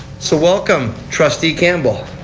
so welcome, trustee campbell.